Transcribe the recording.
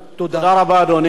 אנחנו עוברים להצבעה,